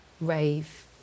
rave